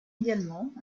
également